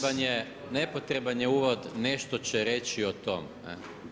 Pa nepotreban je uvod: „Nešto će reći o tome“